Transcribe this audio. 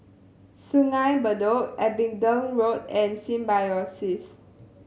Sungei Bedok Abingdon Road and Symbiosis